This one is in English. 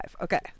okay